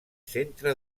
centre